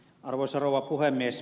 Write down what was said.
arvoisa rouva puhemies